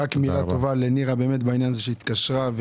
מילה טובה לנירה בעניין הזה, שהיא התקשרה.